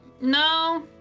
No